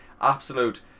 absolute